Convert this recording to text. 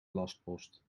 lastpost